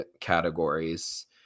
categories